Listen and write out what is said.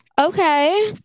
Okay